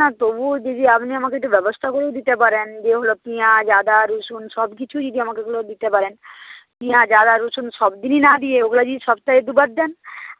না তবুও যদি আপনি আমাকে একটু ব্যবস্থা করে দিতে পারেন যে হলো পেঁয়াজ আদা রসুন সব কিছু যদি আমাকে ওগুলো দিতে পারেন পেঁয়াজ আদা রসুন সব দিনই না দিয়ে ওগুলো যদি সপ্তাহে দুবার দেন